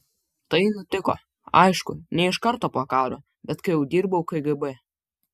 tai nutiko aišku ne iš karto po karo bet kai jau dirbau kgb